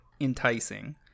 enticing